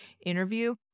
interview